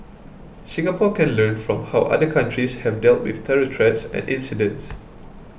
Singapore can learn from how other countries have dealt with terror threats and incidents